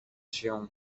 się